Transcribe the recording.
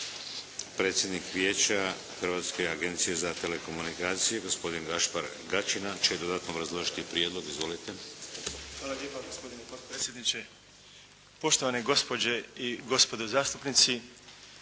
Hvala lijepa. Gospodine potpredsjedniče, poštovane gospođe i gospodo zastupnici.